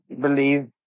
believe